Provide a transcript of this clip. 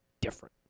different